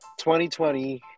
2020